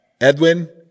Edwin